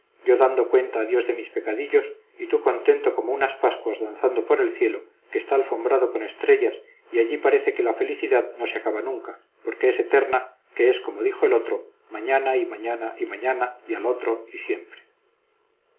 yo dando cuenta a dios de mis pecadillos y tú contento como unas pascuas danzando por el cielo que está alfombrado con estrellas y allí parece que la felicidad no se acaba nunca porque es eterna que es como dijo el otro mañana y mañana y mañana y al otro y siempre